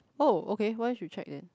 oh okay why should check then